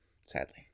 sadly